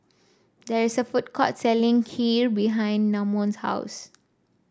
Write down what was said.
there is a food court selling Kheer behind Namon's house